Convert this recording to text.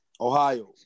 Ohio